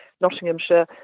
Nottinghamshire